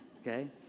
Okay